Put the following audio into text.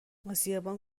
آسیابان